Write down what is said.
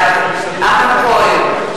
בעד אמנון כהן,